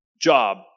Job